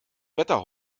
wetter